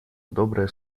добрые